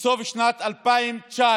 בסוף שנת 2019,